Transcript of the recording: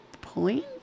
point